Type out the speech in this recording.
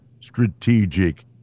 strategic